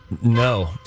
No